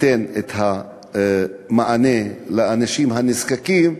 תיתן את המענה לאנשים הנזקקים,